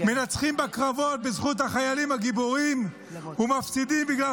מנצחים בקרבות בזכות החיילים הגיבורים ומפסידים בגלל